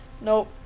Nope